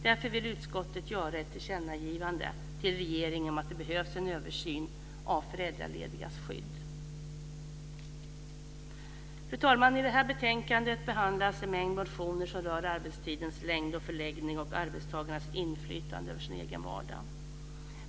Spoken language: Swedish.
Därför vill utskottet göra ett tillkännagivande till regeringen om att det behövs en översyn av föräldraledigas skydd. Fru talman! I betänkandet behandlas en mängd motioner som rör arbetstidens längd och förläggning och arbetstagarens inflytande över sin egen vardag.